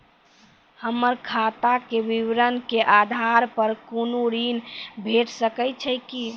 हमर खाता के विवरण के आधार प कुनू ऋण भेट सकै छै की?